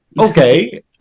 okay